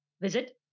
visit